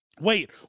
wait